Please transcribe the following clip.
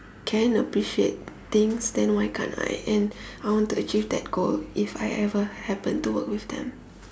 can appreciate things then why can't I and I want to achieve that goal if I ever happen to work with them